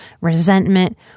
resentment